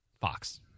Fox